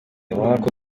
ngombwa